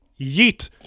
Yeet